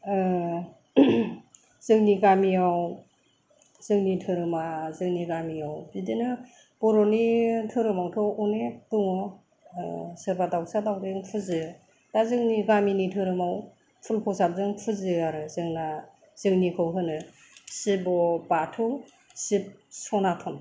जोंनि गामियाव जोंनि धोरोमा जोंनि गामियाव बिदिनो बर'नि धोरोमावथ' अनेख दङ सोरबा दाउसा दाउरेम फुजियो दा जोंनि गामिनि धोरोमाव फुल प्रसादजों फुजियो आरो जोंना जोंनिखौ होनो शिब' बाथौ शिब सनाथन